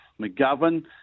McGovern